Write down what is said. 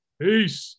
Peace